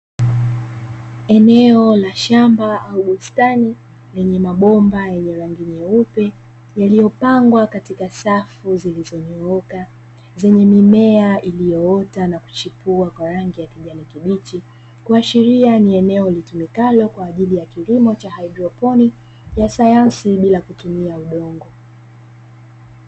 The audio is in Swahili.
Eneo la shamba au bustani lenye mabomba yenye rangi nyeupe, yaliyopangwa katika safu zilizonyooka. Zenye mimea iliyoota na kuchipua kwa rangi ya kijani kibichi, kuashiria ni eneo litumikalo kwa ajili ya kilimo cha haidroponi ya sayansi bila kutumia udongo.